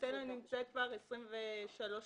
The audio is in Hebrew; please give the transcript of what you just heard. האנטנה נמצאת שם כבר 23 שנים,